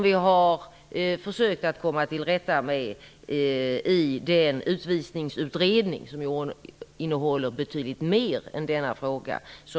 Vi har försökt att komma till rätta med dem i den utvisningsutredning som innehåller betydligt mer än denna fråga.